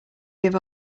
give